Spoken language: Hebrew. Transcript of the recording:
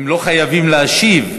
הם לא חייבים להשיב,